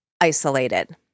isolated